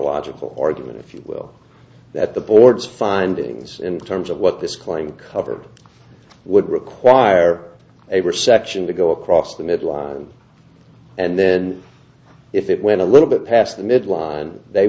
logical argument if you will that the board's findings in terms of what this claim covered would require a perception to go across the midline and then if it went a little bit past the midline they